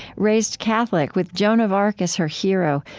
raised catholic with joan of arc as her hero,